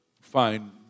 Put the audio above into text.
find